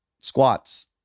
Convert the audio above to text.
squats